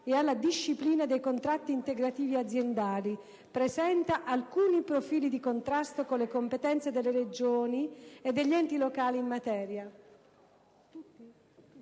e alla disciplina dei contratti integrativi aziendali, presenta alcuni profili di contrasto con le competenze delle Regioni e degli enti locali in materia».